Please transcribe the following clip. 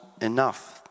enough